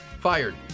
fired